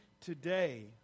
today